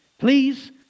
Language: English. Please